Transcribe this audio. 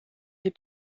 des